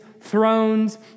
thrones